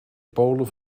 polen